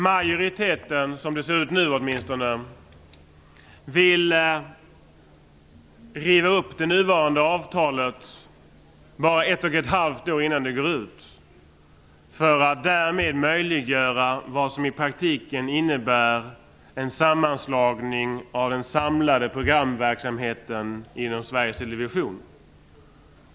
Majoriteten vill, åtminstone som det ser ut nu, riva upp nuvarande avtal, bara ett och ett halvt år innan det går ut, för att därmed möjliggöra vad som i praktiken innebär en sammanslagning av den samlade programverksamheten inom Sveriges Television.